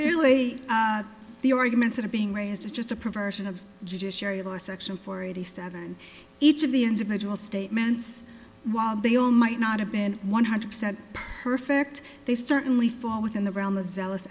really the arguments that are being raised is just a perversion of judiciary law section four eighty seven each of the individual statements while they all might not have been one hundred percent perfect they certainly fall within the realm of zealous